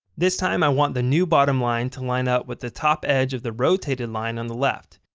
this time i want the new bottom line to line up with the top-edge of the rotated line on the left.